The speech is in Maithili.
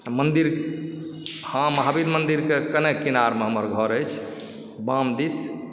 मन्दिर हँ महावीर मन्दिरके कनेक किनारमे हमर घर अछि बाम दिस